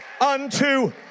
unto